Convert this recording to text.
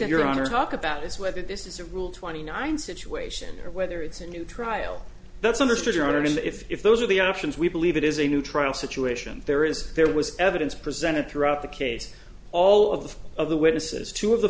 that you're on or talk about is whether this is a rule twenty nine situation or whether it's a new trial that's understood your honor and if those are the options we believe it is a new trial situation there is there was evidence presented throughout the case all of the of the witnesses two of the